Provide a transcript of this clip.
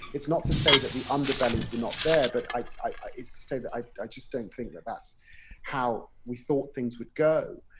it's not to say that the underbellies were not there, but it's to say that i just don't think that, that's how we thought things would go.